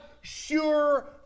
sure